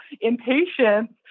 impatience